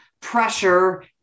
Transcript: pressure